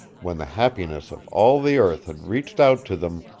when the happiness of all the earth had reached out to them,